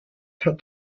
hat